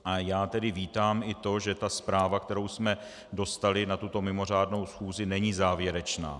A já tedy vítám i to, že ta zpráva, kterou jsme dostali na tuto mimořádnou schůzi, není závěrečná.